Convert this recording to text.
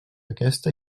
aquesta